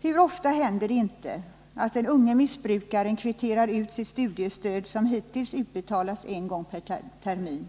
Hur ofta händer det inte att den unge missbrukaren kvitterar ut sitt studiestöd, som hittills utbetalats en gång per termin,